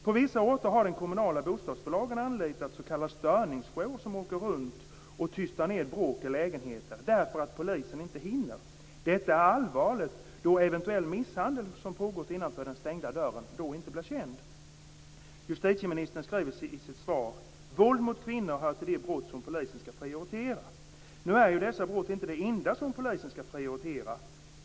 På vissa orter har de kommunala bostadsbolagen anlitat s.k. störningsjour, som åker runt och tystar ned bråk i lägenheter därför att polisen inte hinner. Detta är allvarligt, då eventuell misshandel som pågått innanför den stängda dörren då inte blir känd. Justitieministern skriver i sitt svar att våld mot kvinnor hör till de brott som polisen skall prioritera. Nu är dessa brott inte det enda som polisen skall prioritera.